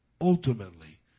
ultimately